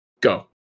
Go